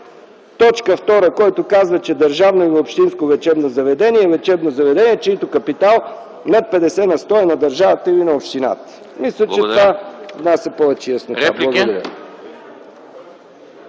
§ 56, т. 2, който казва, че „Държавно или общинско лечебно заведение е лечебно заведение, чийто капитал над 50 на сто е на държавата или на общината”. Мисля, че това внася повече яснота. Благодаря.